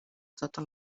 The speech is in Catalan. tota